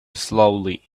slowly